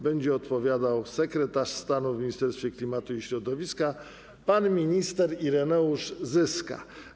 Będzie odpowiadał sekretarz stanu w Ministerstwie Klimatu i Środowiska pan minister Ireneusz Zyska.